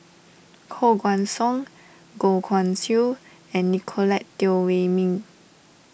Koh Guan Song Goh Guan Siew and Nicolette Teo Wei Min